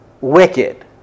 wicked